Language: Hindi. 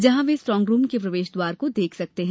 जहां से वे स्ट्रांगरूम के प्रवेश द्वार को देख सकते हैं